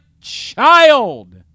child